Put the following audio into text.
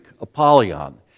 Apollyon